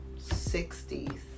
60s